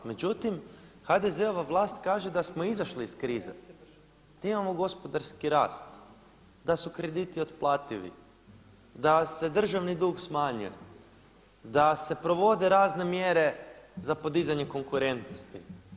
Međutim, HDZ-ova vlast kaže da smo izašli iz krize, da imamo gospodarski rast, da su krediti otplativi, da se državni dug smanjuje, da se provode razne mjere za podizanje konkurentnosti.